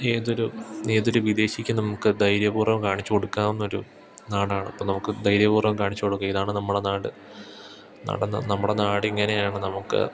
ഏതൊരു ഏതൊരു വിദേശിക്ക് നമുക്ക് ധൈര്യപൂർവം കാണിച്ച് കൊടുക്കാവുന്ന ഒരു നാടാണ് അപ്പം നമുക്ക് ധൈര്യപൂർവം കാണിച്ചു കൊടുക്കാം ഇതാണ് നമ്മുടെ നാട് നടന്ന് നമ്മുടെ നാടിങ്ങനെ ആണ് നമുക്ക്